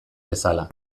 bezala